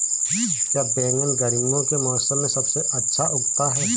क्या बैगन गर्मियों के मौसम में सबसे अच्छा उगता है?